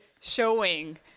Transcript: showing